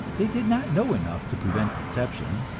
they did not know enough to prevent conception,